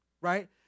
right